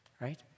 right